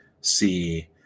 see